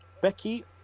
Becky